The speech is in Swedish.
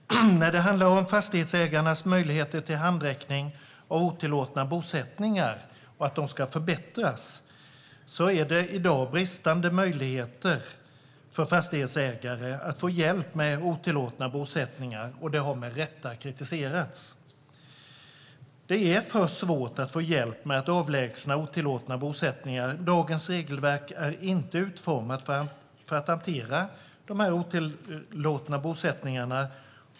När det handlar om förslag på hur fastighetsägarnas möjligheter att få handräckning vid otillåtna bosättningar kan förbättras råder i dag bristande möjligheter för fastighetsägare att få denna hjälp. Det har med rätta kritiserats. Det är alltför svårt att få hjälp med att avlägsna otillåtna bosättningar. Dagens regelverk är inte utformat för att hantera dessa otillåtna bosättningar.